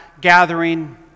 gathering